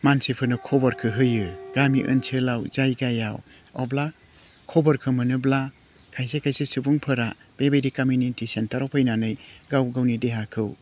मानसिफोरनो खबरखौ होयो गामि ओनसोलाव जायगायाव अब्ला खबरखौ मोनोब्ला खायसे खायसे सुबुंफोरा बेबायदि कमिउनिटि सेन्टाराव फैनानै गाव गावनि देहाखौ